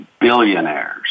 billionaires